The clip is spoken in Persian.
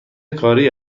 کاری